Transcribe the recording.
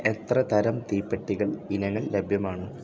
എത്ര തരം തീപ്പെട്ടികൾ ഇനങ്ങൾ ലഭ്യമാണ്